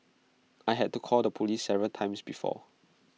I had to call the Police several times before